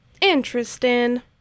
Interesting